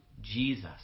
Jesus